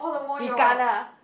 we kena